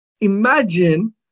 Imagine